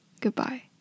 goodbye